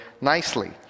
nicely